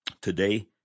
Today